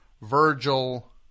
Virgil